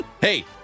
Hey